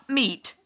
meat